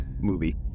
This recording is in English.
movie